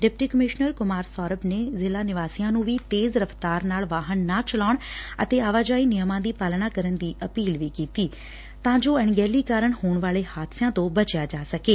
deputy commissioner Shri Kumar Saurabh ਨੇ ਜ਼ਿਲ੍ਹਾ ਨਿਵਾਸੀਆਂ ਨੂੰ ਵੀ ਤੇਜ਼ ਰਫ਼ਤਾਰ ਨਾਲ ਵਾਹਨ ਨਾ ਚਲਾਉਣ ਅਤੇ ਆਵਾਜਾਈ ਨਿਯਮਾਂ ਦੀ ਪਾਲਣਾ ਕਰਨ ਦੀ ਅਪੀਲ ਕੀਤੀ ਐ ਤਾਂ ਜੋ ਅਣਗਹਿਲੀ ਕਾਰਣ ਹੋਣ ਵਾਲੇ ਹਾਦਸਿਆਂ ਤੋਂ ਬਚਿਆ ਜਾ ਸਕੇ